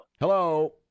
Hello